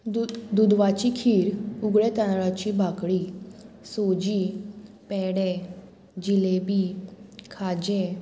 दुद दुदवाची खीर उकड्या तांदळाची भाकडी सोजी पेडे जिलेबी खाजें